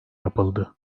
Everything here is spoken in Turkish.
yapıldı